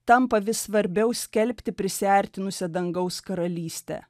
tampa vis svarbiau skelbti prisiartinusią dangaus karalystę